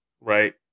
right